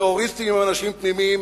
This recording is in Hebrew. טרוריסטים עם אנשים תמימים,